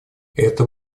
это